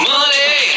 Money